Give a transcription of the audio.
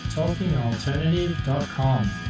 talkingalternative.com